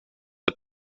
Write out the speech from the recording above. are